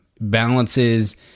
balances